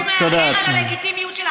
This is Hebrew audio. שהוא מערער על הלגיטימיות של החקירה?